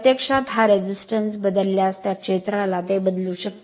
प्रत्यक्षात हा प्रतिकार बदलल्यास त्या क्षेत्राला ते बदलू शकते